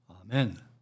Amen